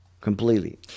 completely